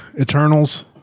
Eternals